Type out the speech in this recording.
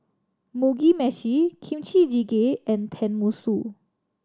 Mugi Meshi Kimchi Jjigae and Tenmusu